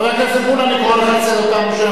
חבר הכנסת מולה, אני קורא לך לסדר פעם ראשונה.